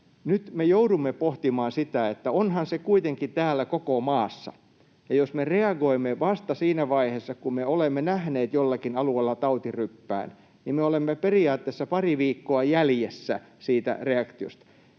nyt me joudumme pohtimaan sitä, että onhan se kuitenkin täällä koko maassa, ja jos me reagoimme vasta siinä vaiheessa, kun me olemme nähneet jollakin alueella tautiryppään, niin me olemme periaatteessa pari viikkoa jäljessä siitä reaktiosta.